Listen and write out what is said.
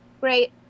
great